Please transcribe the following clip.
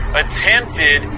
attempted